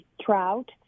trout